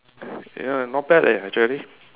ya not bad leh actually